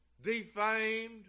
defamed